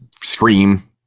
scream